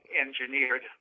engineered